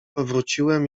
powróciłem